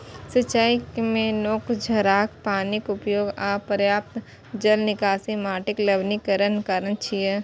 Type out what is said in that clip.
सिंचाइ मे नोनछराह पानिक उपयोग आ अपर्याप्त जल निकासी माटिक लवणीकरणक कारण छियै